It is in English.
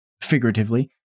figuratively